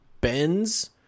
bends